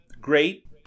great